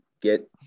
Get